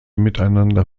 miteinander